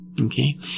Okay